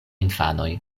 infanoj